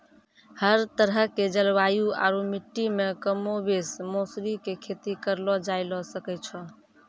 हर तरह के जलवायु आरो मिट्टी मॅ कमोबेश मौसरी के खेती करलो जाय ल सकै छॅ